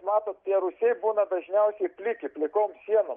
matot tie rūsiai būna dažniausiai pliki plikom sienom